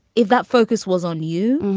if that focus was on you.